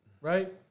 right